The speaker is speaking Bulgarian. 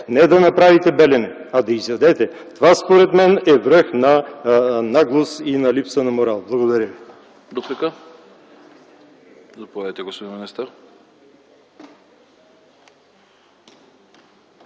не да направите „Белене”, това според мен е връх на наглост и на липса на морал. Благодаря ви.